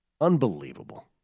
Unbelievable